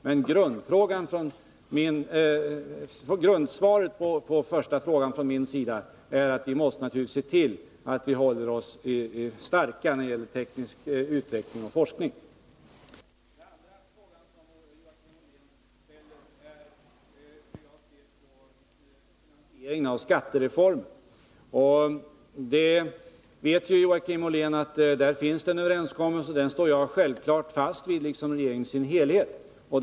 Men det grundläggande svaret från min sida på den första frågan är att vi naturligtvis måste se till att hålla oss starka när det gäller teknisk utveckling och forskning. Den ändra fråga som Joakim Ollén ställer är hur jag ser på finansieringen av skattereformen. Joakim Ollén vet ju att det föreligger en överenskommelse, och den står jag liksom regeringen i dess helhet självfallet fast vid.